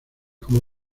como